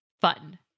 fun